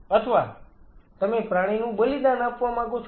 અથવા તમે પ્રાણીનું બલિદાન આપવા માંગો છો